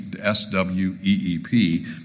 S-W-E-E-P